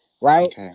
right